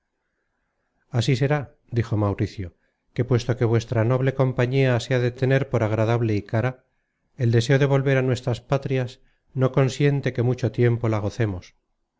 así será dijo mauricio que puesto que vuestra noble compañía se ha de tener por agradable y cara el deseo de volver á nuestras patrias no consiente que mucho tiempo la gocemos